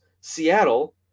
Seattle